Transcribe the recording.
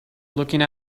looking